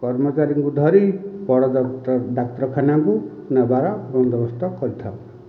କର୍ମଚାରୀଙ୍କୁ ଧରି ବଡ଼ ଡାକ୍ତରଖାନାକୁ ନେବାର ବନ୍ଦବୋସ୍ତ କରିଥାଉ